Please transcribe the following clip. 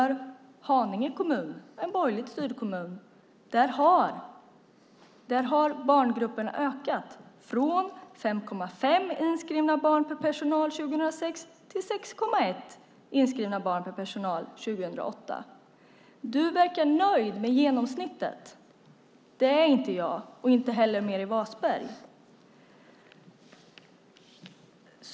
I Haninge kommun, en borgerligt styrd kommun, har barngrupperna ökat från 5,5 inskrivna barn per personal år 2006 till 6,1 inskrivna barn per personal år 2008. Du verkar nöjd med genomsnittet. Det är inte jag och inte heller Meeri Wasberg.